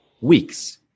weeks